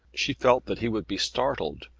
she felt that he would be startled,